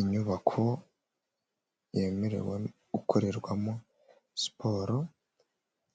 Inyubako yemerewe gukorerwamo siporo